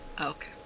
Okay